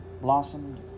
blossomed